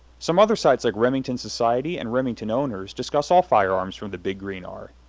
some other sites like remington society and remington owners discuss all firearms from the big green r.